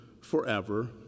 forever